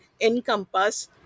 encompass